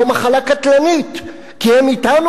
לא מחלה קטלנית כי הם אתנו,